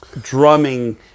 drumming